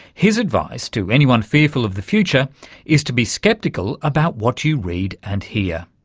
his advice to anyone fearful of the future is to be sceptical about what you read and hear,